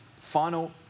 final